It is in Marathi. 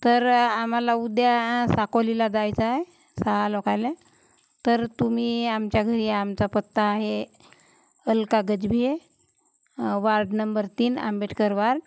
तर आम्हाला उद्या साकोलीला जायचं आहे सहा लोकायले तर तुम्ही आमच्या घरी या आमचा पत्ता आहे अलका गजभिये वार्ड नंबर तीन आंबेडकर वार्ड